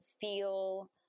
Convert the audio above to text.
feel